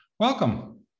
Welcome